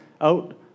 out